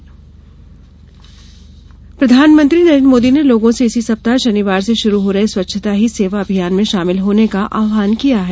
स्वच्छता अभियान प्रधानमंत्री नरेन्द्र मोदी ने लोगों से इसी सप्ताह शनिवार से शुरू हो रहे स्वच्छता ही सेवा अभियान में शामिल होने का आहवान किया है